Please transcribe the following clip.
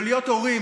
ולהיות הורים.